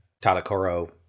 Tadakoro